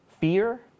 Fear